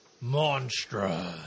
Monstrous